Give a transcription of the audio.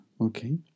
okay